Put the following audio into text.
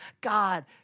God